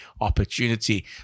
opportunity